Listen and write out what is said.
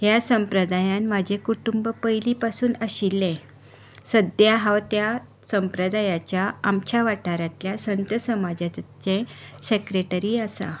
ह्या संप्रदायान म्हजें कुटूंब पयलीं पासून आशिल्लें सद्या हांव त्या संप्रदायाच्या आमच्या वाठारांतल्या संत समाजाचे सेक्रेटरी आसा